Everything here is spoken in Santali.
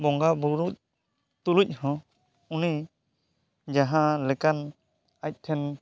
ᱵᱚᱸᱜᱟᱼᱵᱩᱨᱩ ᱛᱩᱞᱩᱡ ᱦᱚᱸ ᱩᱱᱤ ᱡᱟᱦᱟᱸ ᱞᱮᱠᱟᱱ ᱟᱡ ᱴᱷᱮᱱ